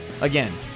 Again